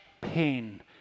pain